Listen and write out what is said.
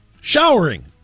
showering